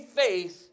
faith